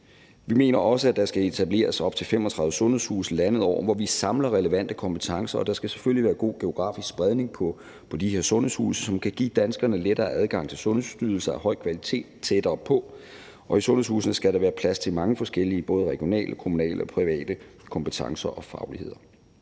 Vi mener også, at der skal etableres op til 35 sundhedshuse landet over, hvor vi indsamler relevante kompetencer. Og der skal selvfølgelig være god geografisk spredning på de her sundhedshuse, som kan give danskerne lettere adgang til sundhedsydelser af høj kvalitet tættere på, og i sundhedshusene skal der være plads til mange forskellige både regionale, kommunale og private kompetencer og fagligheder.